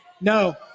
No